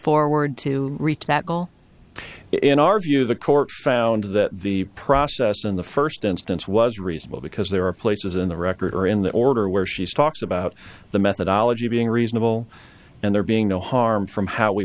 forward to reach that goal in our view the court found that the process in the first instance was reasonable because there are places in the record or in the order where she's talked about the methodology being reasonable and there being no harm from how we